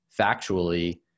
factually